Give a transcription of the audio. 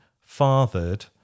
fathered